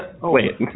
wait